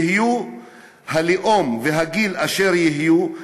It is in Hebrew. יהיו הלאום והגיל אשר יהיו,